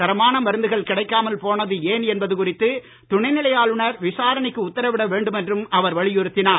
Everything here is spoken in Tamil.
தரமான மருந்துகள் கிடைக்காமல் போனது ஏன் என்பது குறித்து துணைநிலை ஆளுனர் விசாரணைக்கு உத்தரவிட வேண்டும் என்றும் அவர் வலியுறுத்தினார்